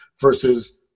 versus